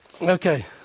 Okay